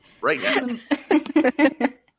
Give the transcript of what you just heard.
Right